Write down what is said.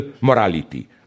morality